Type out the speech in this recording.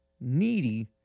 Needy